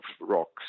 rocks